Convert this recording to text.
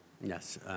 Yes